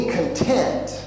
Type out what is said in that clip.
content